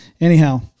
Anyhow